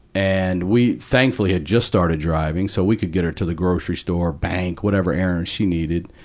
and, we, thankfully, had just started driving. so we could get her to the grocery store, bank, whatever errands she needed.